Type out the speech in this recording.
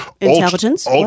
Intelligence